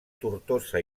tortosa